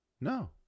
No